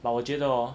but 我觉得 hor